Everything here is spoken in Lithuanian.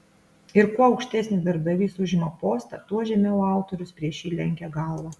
ir kuo aukštesnį darbdavys užima postą tuo žemiau autorius prieš jį lenkia galvą